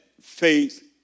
faith